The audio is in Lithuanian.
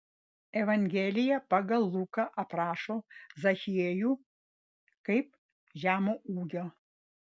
evangelija pagal luką aprašo zachiejų kaip žemo ūgio